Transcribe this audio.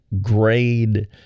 grade